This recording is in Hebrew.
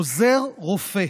עוזר רופא,